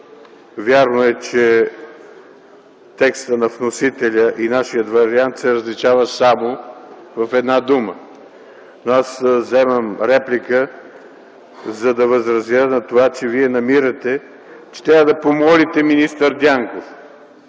Вярно е, че текстът на вносителя и нашият вариант се различават само в една дума, но аз вземам реплика, за да възразя на това, че Вие намирате, че трябва да помолите министър Дянков.